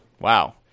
Wow